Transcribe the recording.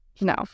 No